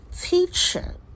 teacher